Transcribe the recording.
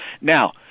Now